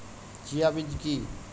Chia বীজ কী?